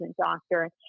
doctor